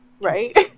right